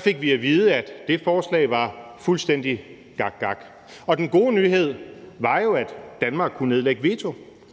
fik vi at vide, at det forslag var fuldstændig gakgak. Og den gode nyhed var jo, at Danmark kunne nedlægge veto;